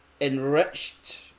enriched